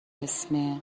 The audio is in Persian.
اسم